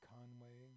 Conway